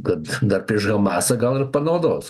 kad dar prieš hamasą gal ir panaudos